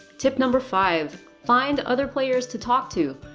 tip number five find other players to talk to.